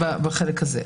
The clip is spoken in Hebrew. בחלק הזה.